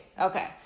Okay